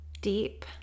deep